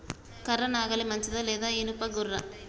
కర్ర నాగలి మంచిదా లేదా? ఇనుప గొర్ర?